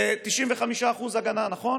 זה 95% הגנה, נכון?